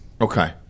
Okay